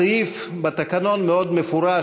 הסעיף בתקנון מאוד מפורש,